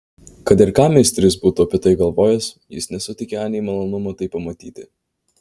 kad ir ką misteris būtų apie tai galvojęs jis nesuteikė anei malonumo tai pamatyti